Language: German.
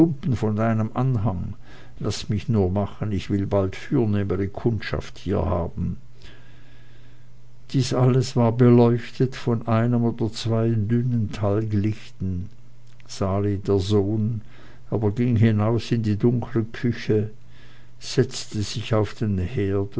von deinem anhang laß mich nur machen ich will bald fürnehmere kundschaft hier haben dies alles war beleuchtet von einem oder zwei dünnen talglichten sali der sohn aber ging hinaus in die dunkle küche setzte sich auf den herd